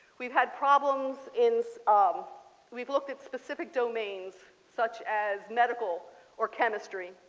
we've had problems in so um we've looked at specific domains such as medical or chemistry.